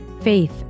Faith